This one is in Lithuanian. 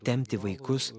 tempti vaikus